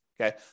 Okay